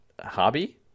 Hobby